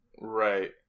Right